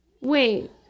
Wait